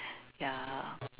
ya